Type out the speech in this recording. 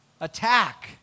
attack